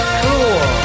cool